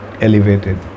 elevated